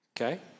Okay